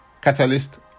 catalyst